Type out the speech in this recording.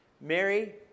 Mary